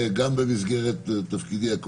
דרושים פה נתונים.